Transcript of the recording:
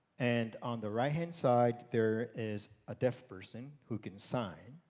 and on the right-hand side there is a deaf person who can sign.